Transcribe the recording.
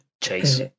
Chase